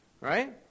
right